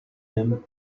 him